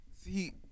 See